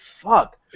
fuck